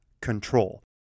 control